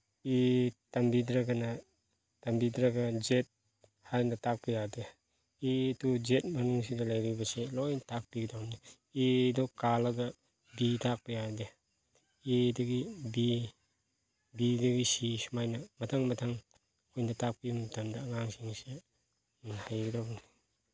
ꯑꯦ ꯇꯝꯕꯤꯗ꯭ꯔꯒꯅ ꯇꯝꯕꯤꯗ꯭ꯔꯒ ꯖꯦꯠ ꯍꯥꯏꯅ ꯇꯥꯛꯄ ꯌꯥꯗꯦ ꯑꯦ ꯇꯨ ꯖꯦꯠ ꯃꯅꯨꯡꯁꯤꯗ ꯂꯩꯔꯤꯕꯁꯦ ꯂꯣꯏ ꯇꯥꯛꯄꯤꯒꯗꯧꯕꯅꯤ ꯑꯦꯗꯣ ꯀꯥꯜꯂꯒ ꯕꯤ ꯇꯥꯛꯄ ꯌꯥꯗꯦ ꯑꯦꯗꯒꯤ ꯕꯤ ꯕꯤꯗꯒꯤ ꯁꯤ ꯁꯨꯃꯥꯏꯅ ꯃꯊꯪ ꯃꯊꯪ ꯑꯩꯈꯣꯏꯅ ꯇꯥꯛꯄꯤꯕ ꯃꯇꯝꯗ ꯑꯉꯥꯡꯁꯤꯡꯁꯦ ꯍꯩꯒꯗꯧꯕꯅꯤ